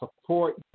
support